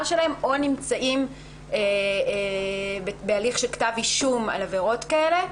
שלהם או נמצאים בהליך של כתב אישום על עבירות כאלה,